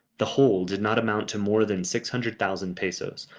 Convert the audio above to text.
the whole did not amount to more than six hundred thousand pesos,